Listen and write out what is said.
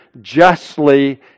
justly